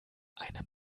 eine